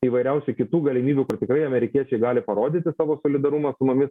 įvairiausių kitų galimybių kur tikrai amerikiečiai gali parodyti savo solidarumą su mumis